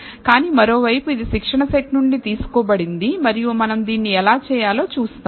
కానీ మరోవైపు ఇది శిక్షణ సెట్ నుండి తీసుకోబడింది మరియు మనం దీన్ని ఎలా చేయాలో చూస్తాము